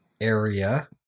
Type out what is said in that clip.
area